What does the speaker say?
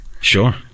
Sure